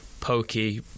pokey